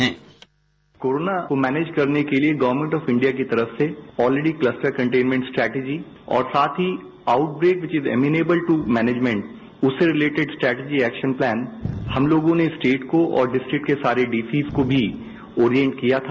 sound byte corona को manage करने के लिए गवर्मेंट ऑफ इंडिया की तरफ से ऑलरेडी क्लस्टर कंटेनमेंट स्ट्रेटजी और साथ ही outbreak which is amenable to management उससे रिलेटिड स्ट्रेटजी एक्शन प्लान हम लोगों ने स्टेट को और डिस्ट्रिक्ट के सारे डी सीज को भी ऑरियंट किया था